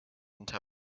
temple